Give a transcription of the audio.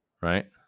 right